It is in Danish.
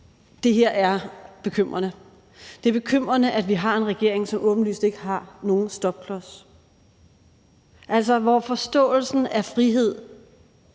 det her er bekymrende. Det er bekymrende, at vi har en regering, som åbenlyst ikke har nogen stopklods, altså hvor forståelsen af frihed